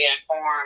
informed